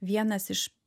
vienas iš